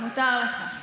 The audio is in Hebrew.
מותר לך.